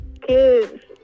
Kids